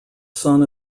son